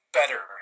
better